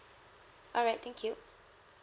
alright thank you